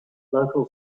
local